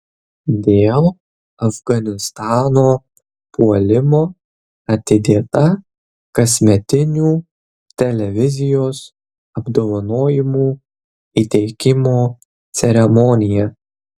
dėl afganistano puolimo atidėta kasmetinių televizijos apdovanojimų įteikimo ceremonija